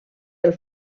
del